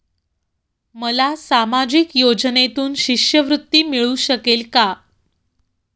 मला सामाजिक योजनेतून शिष्यवृत्ती मिळू शकेल का?